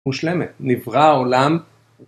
מושלמת, נברא העולם